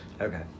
Okay